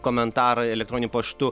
komentarą elektroniniu paštu